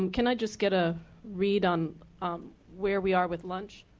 and can i just get a read on where we are with lunch?